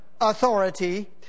authority